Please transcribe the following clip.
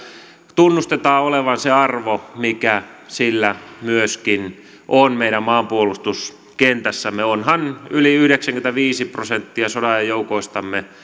tunnustetaan olevan se arvo mikä sillä myöskin on meidän maanpuolustuskentässämme onhan yli yhdeksänkymmentäviisi prosenttia sodanajan joukoistamme